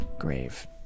grave